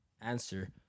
answer